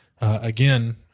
again